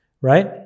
right